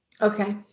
Okay